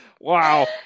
Wow